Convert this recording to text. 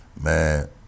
man